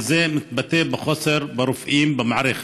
וזה מתבטא בחוסר ברופאים במערכת.